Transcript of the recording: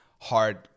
hard